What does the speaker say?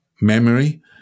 memory